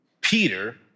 Peter